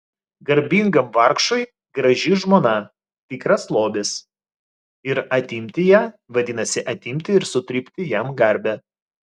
garbingam vargšui graži žmona tikras lobis ir atimti ją vadinasi atimti ir sutrypti jam garbę